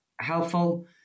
helpful